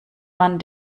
man